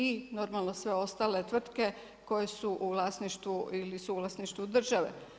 I normalno sve ostale tvrtke koje su u vlasništvu ili suvlasništvu države.